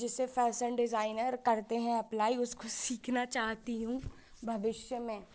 जिसे fashion designer करते हैं अप्लाइ उसको सीखना चाहती हूँ भविष्य में